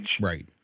Right